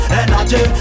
energy